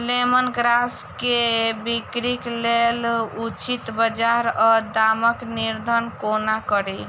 Lemon grass केँ बिक्रीक लेल उचित बजार आ दामक निर्धारण कोना कड़ी?